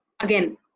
again